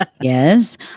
Yes